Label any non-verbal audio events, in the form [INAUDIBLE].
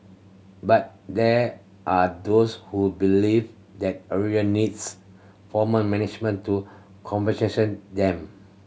but there are those who believe that area needs formal management to [UNINTELLIGIBLE] them